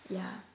ya